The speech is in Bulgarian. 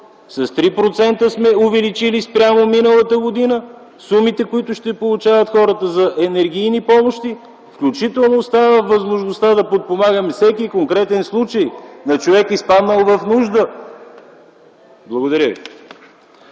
сме увеличили с 3% сумите, които ще получават хората за енергийни помощи. Включително остава възможността да подпомагаме всеки конкретен случай на човек, изпаднал в нужда. Благодаря.